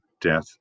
death